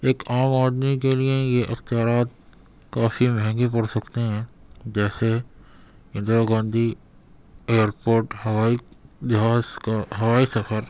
ایک عام آدمی کے لیے یہ اختیارات کافی مہنگے پڑ سکتے ہیں جیسے اندر اگاندھی ایئرپورٹ ہوائی جہاز کا ہوائی سفر